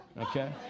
okay